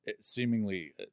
seemingly